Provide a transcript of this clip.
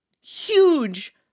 huge